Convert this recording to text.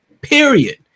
period